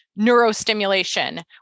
neurostimulation